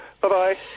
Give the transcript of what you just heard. bye-bye